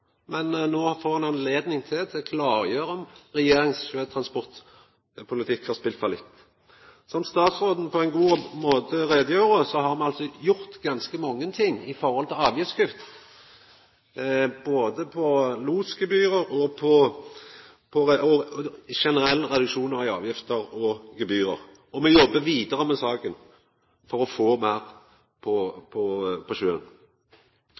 Men no får ho ei anledning til til å klargjera «Regjeringens sjøtransportpolitikk har spilt fallitt.» Som statsråden på ein god måte gjorde greie for, har me gjort ganske mange ting når det gjeld avgiftskutt – kutt i losgebyr og generelle reduksjonar i avgifter og gebyr. Og me jobbar vidare med saka for å få meir over på